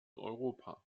europa